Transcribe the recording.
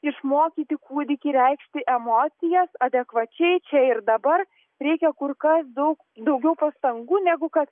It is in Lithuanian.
išmokyti kūdikį reikšti emocijas adekvačiai čia ir dabar reikia kur kas daug daugiau pastangų negu kad